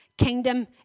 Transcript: kingdom